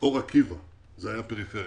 אור עקיבא היתה פריפריה.